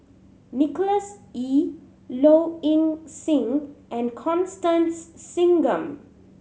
Nicholas Ee Low Ing Sing and Constance Singam